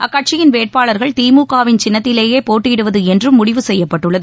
அக்கட்சியின் வேட்பாளர்கள் திமுகவின் சின்னத்திலேயே போட்டியிடுவது என்றும் முடிவு செய்யப்பட்டுள்ளது